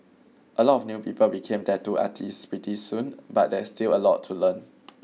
a lot of new people become tattoo artists pretty soon but there's still a lot to learn